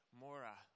mora